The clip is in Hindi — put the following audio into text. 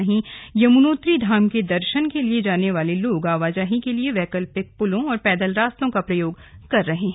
उधर यमुनोत्री धाम के दर्शन के लिए जाने वाले लोग आवाजाही के लिए वैकल्पिक पुलों और पैदल रास्तों का प्रयोग कर रहे हैं